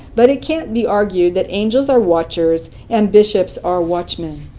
but it can't be argued that angels are watchers and bishops are watchmen.